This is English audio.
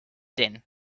din